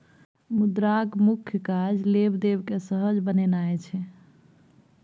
मुद्राक मुख्य काज लेब देब केँ सहज बनेनाइ छै